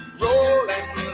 rolling